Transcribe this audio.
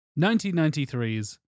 1993's